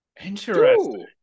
Interesting